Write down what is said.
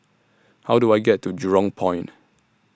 How Do I get to Jurong Point